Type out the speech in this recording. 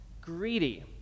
Greedy